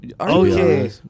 Okay